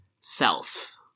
self